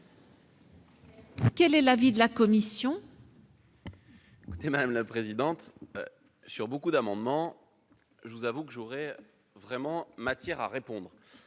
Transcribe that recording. Quel est l'avis de la commission ?